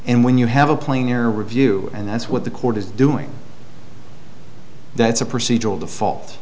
and when you have a plane or a review and that's what the court is doing that's a procedural default